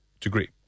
degree